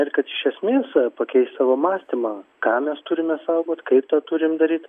ir kad iš esmės pakeist savo mąstymą ką mes turime saugot kaip tą turim daryt